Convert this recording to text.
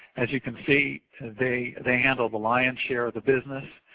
as you can see they they handle the lionis share of the business